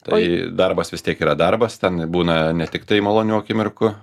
tai darbas vis tiek yra darbas ten būna ne tiktai malonių akimirkų